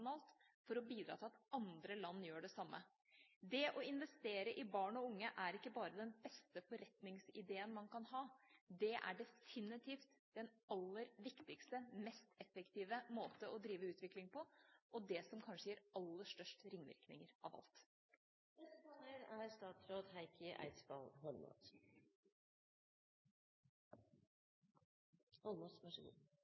for å bidra til at andre land gjør det samme. Det å investere i barn og unge er ikke bare den beste forretningsideen man kan ha, det er definitivt den aller viktigste og mest effektive måte å drive utvikling på, og er det som kanskje gir de aller største ringvirkninger av